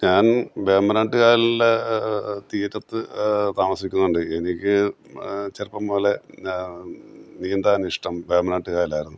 ഞാൻ വേമ്പനാട്ട് കായലിലെ തീരത്ത് താമസിക്കുന്നതുകൊണ്ട് എനിക്ക് ചെറുപ്പം മുതലേ നീന്താൻ ഇഷ്ടം വേമ്പനാട്ട് കായലായിരുന്നു